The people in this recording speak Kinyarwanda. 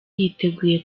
yiteguye